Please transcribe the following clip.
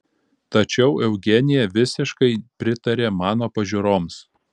tačiau eugenija visiškai pritarė mano pažiūroms